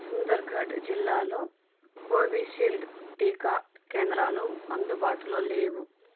సుందర్ఘడ్ జిల్లాలో కోవిషీల్డ్ టీకా కేంద్రాలు అందుబాటులో లేవు